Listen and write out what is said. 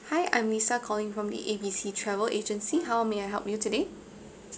hi I'm lisa calling from the A B C travel agency how may I help you today